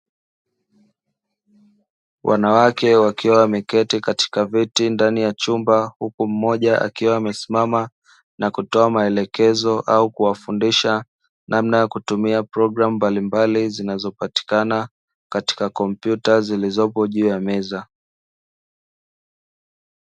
Wanawake wakiwa wameketi katika viti, ndani ya chumba, huku mmoja akiwa amesimama na kutoa maelekezo au kuwafundisha namna ya kutumia programu mbalimbali, zinazopatikana katika komputa zilizoko juu za meza.